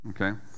Okay